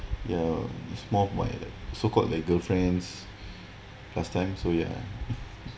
ya it's more of my so called like girlfriends last time so ya